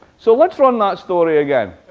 so let's run that story again.